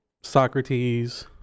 Socrates